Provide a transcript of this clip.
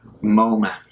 moment